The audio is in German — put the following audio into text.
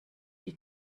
die